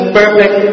perfect